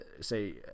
say